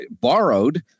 borrowed